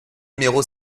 numéro